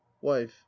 wife